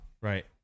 Right